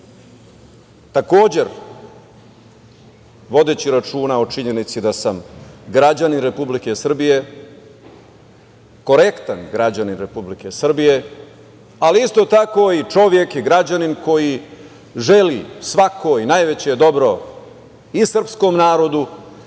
takođe vodeći računa o činjenici da sam građanin Republike Srbije, korektan građanin Republike Srbije, ali isto tako i čovek i građanin koji želi svakoj najveće dobro i srpskom narodu